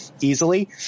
easily